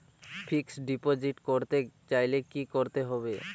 Fixed deposit করতে চাইলে কি করতে হবে?